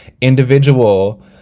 individual